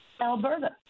Alberta